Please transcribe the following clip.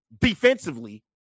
defensively